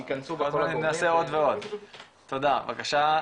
הילה בבקשה.